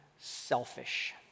selfish